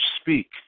speak